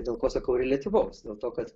dėl ko sakau reliatyvaus dėl to kad